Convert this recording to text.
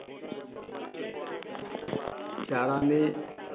चारा में